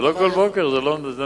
זה לא כל בוקר, זה נדיר.